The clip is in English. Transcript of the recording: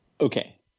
Okay